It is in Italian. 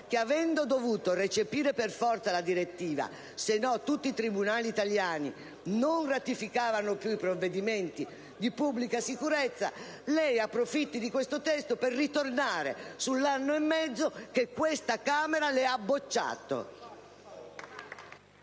cui, avendo dovuto recepire per forza la direttiva, perché altrimenti tutti i tribunali italiani non avrebbero più ratificato i provvedimenti di pubblica sicurezza, lei approfitti di questo testo per ritornare sull'anno e mezzo che questa Camera le ha bocciato.